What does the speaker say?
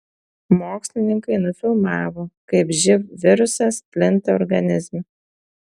mokslininkai nufilmavo kaip živ virusas plinta organizme